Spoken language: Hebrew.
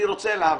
אני רוצה להבהיר.